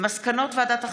מסקנות ועדת החינוך,